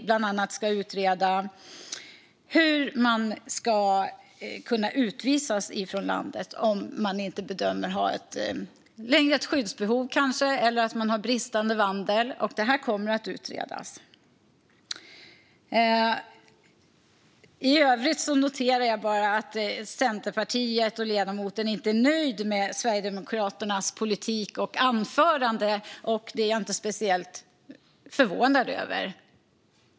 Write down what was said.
Bland annat ska det utredas hur man ska kunna utvisas från landet om man inte längre bedöms ha ett skyddsbehov eller om man har bristande vandel. Detta kommer att utredas. I övrigt noterar jag att Centerpartiet och ledamoten inte är nöjda med Sverigedemokraternas politik och anförande, och det är jag faktiskt inte speciellt förvånad över.